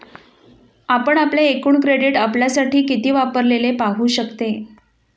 आपण आपले एकूण क्रेडिट आपल्यासाठी किती वापरलेले पाहू शकते